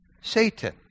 Satan